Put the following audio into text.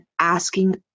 asking